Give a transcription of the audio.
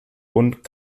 und